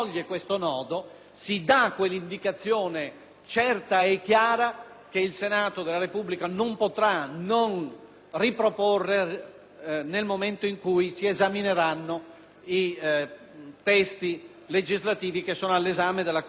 certa e chiara che il Senato della Repubblica non potrà non riproporre nel momento in cui si esamineranno i testi legislativi che sono all'esame della Commissione igiene